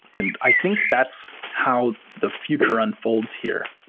and i think that's how the future unfolds here.